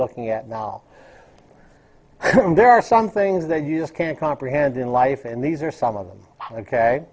looking at now there are some things that you just can't comprehend in life and these are some of them ok